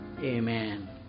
Amen